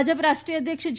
ભાજપ રાષ્ટ્રીય અધ્યક્ષ જે